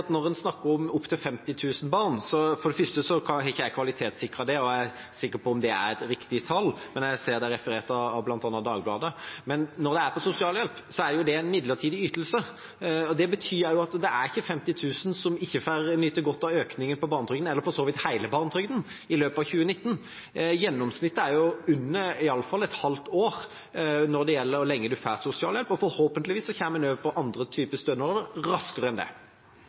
at når en snakker om opp til 50 000 barn, kan jeg for det første ikke kvalitetssikre det og være sikker på om det er et riktig tall – men jeg ser det er referert av bl.a. Dagbladet. Når en får sosialhjelp, er det en midlertidig ytelse. Det betyr ikke at det er 50 000 som ikke får nyte godt av økningen i barnetrygden – eller for så vidt hele barnetrygden – i løpet av 2019. I gjennomsnitt får en sosialhjelp i under et halvt år. Forhåpentligvis kommer en over på andre typer stønader raskere enn det.